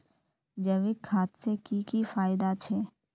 जैविक खाद से की की फायदा छे?